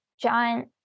John